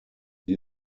sie